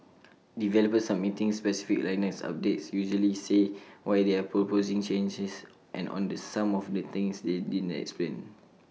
developers submitting specific Linux updates usually say why they're proposing changes and on the some of the things they didn't explain